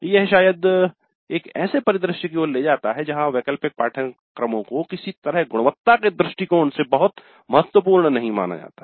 यह शायद एक ऐसे परिदृश्य की ओर ले जाता है जहां वैकल्पिक पाठ्यक्रमों को किसी तरह गुणवत्ता के दृष्टिकोण से बहुत महत्वपूर्ण नहीं माना जाता है